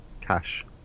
Cash